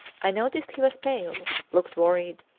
i noticed he was pale, looked worried,